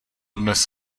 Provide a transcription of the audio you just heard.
dnes